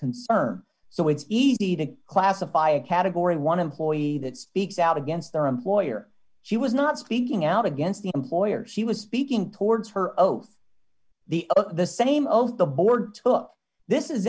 concern so it's easy to classify a category one employee that speaks out against their employer she was not speaking out against the employers she was speaking towards her oath the the same oath the board took this is